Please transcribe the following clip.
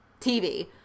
TV